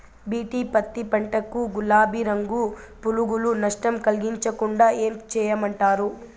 BT పత్తి పంట కు, గులాబీ రంగు పులుగులు నష్టం కలిగించకుండా ఏం చేయమంటారు?